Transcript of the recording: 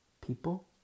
People